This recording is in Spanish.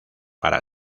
para